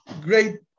great